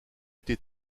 été